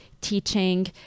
teaching